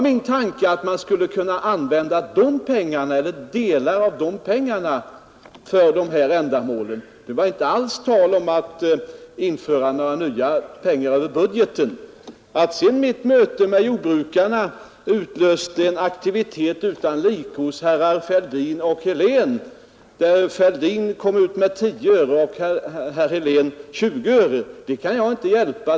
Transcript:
Min tanke var att man skulle kunna använda delar av dessa pengar för detta ändamål. Det var inte alls tal om att ta några nya pengar över budgeten. Att sedan mitt möte med jordbrukarna utlöste en aktivitet utan like hos herrar Fälldin och Helén — där den förre föreslog att mjölkpriset skulle sänkas med 10 öre och den senare med 20 öre — det kan inte jag hjälpa.